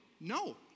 No